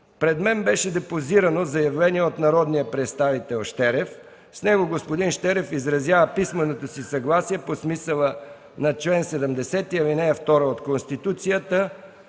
пред мен беше депозирано заявление от народния представител Щерев. В него господин Щерев изразява писменото си съгласие по смисъла на чл. 70, ал. 2 от Конституцията